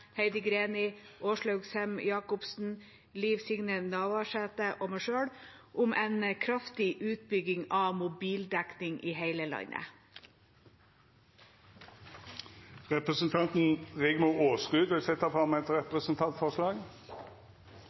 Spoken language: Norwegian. Heidi Greni, Åslaug Sem-Jacobsen, Liv Signe Navarsete og meg selv om en kraftig utbygging av mobildekning i hele landet. Representanten Rigmor Aasrud vil setja fram eit representantforslag.